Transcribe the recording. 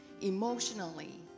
emotionally